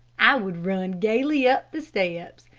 i would run gayly up the steps,